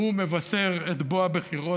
מבשר את בוא הבחירות,